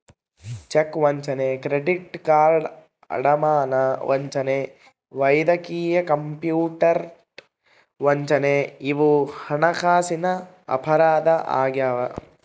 check ವಂಚನೆ credit card ಅಡಮಾನ ವಂಚನೆ ವೈದ್ಯಕೀಯ ಕಾರ್ಪೊರೇಟ್ ವಂಚನೆ ಇವು ಹಣಕಾಸಿನ ಅಪರಾಧ ಆಗ್ಯಾವ